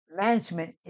management